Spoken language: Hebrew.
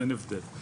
אין הבדל.